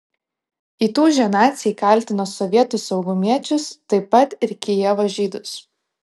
įtūžę naciai kaltino sovietų saugumiečius taip pat ir kijevo žydus